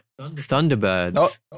Thunderbirds